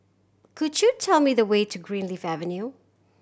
could you tell me the way to Greenleaf Avenue